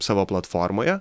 savo platformoje